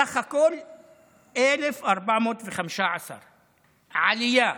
בסך הכול 1,415. זאת עלייה